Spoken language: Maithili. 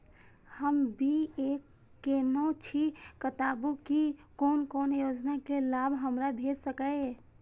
हम बी.ए केनै छी बताबु की कोन कोन योजना के लाभ हमरा भेट सकै ये?